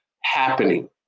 happening